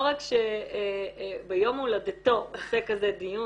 לא רק שביום הולדתו הוא עושה כזה דיון,